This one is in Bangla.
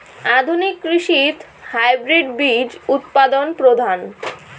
আধুনিক কৃষিত হাইব্রিড বীজ উৎপাদন প্রধান